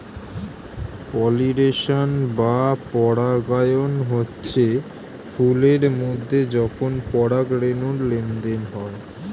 pollination বা পরাগায়ন হচ্ছে ফুল এর মধ্যে যখন পরাগ রেণুর লেনদেন হয়